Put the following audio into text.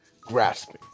grasping